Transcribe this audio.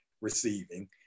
receiving